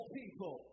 people